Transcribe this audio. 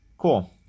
Cool